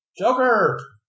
joker